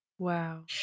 Wow